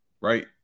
right